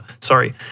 sorry